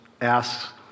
asks